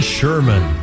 Sherman